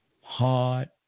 hard